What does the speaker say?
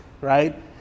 right